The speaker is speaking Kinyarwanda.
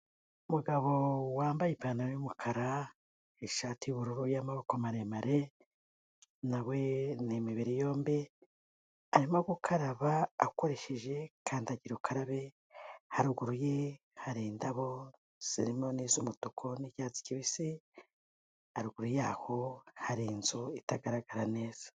Umugabo wambaye ipantaro y'umukara, ishati y'ubururu y'amaboko maremare nawe ni imibiri yombi arimo gukaraba akoresheje kandagira ukarabe, haruguru ye hari indabo zirimo ni z'umutuku n'icyatsi kibisi, haguru yaho hari inzu itagaragara neza.